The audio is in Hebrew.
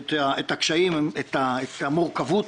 את הקשיים ואת המורכבות.